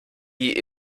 die